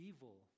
Evil